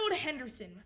Henderson